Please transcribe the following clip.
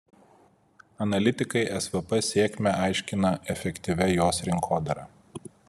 analitikai svp sėkmę aiškina efektyvia jos rinkodara